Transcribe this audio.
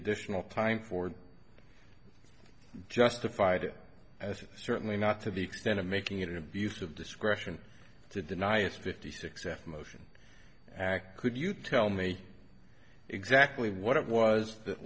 additional time for justified i was certainly not to be extended making it an abuse of discretion to deny its fifty six f motion act could you tell me exactly what it was that